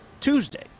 Tuesday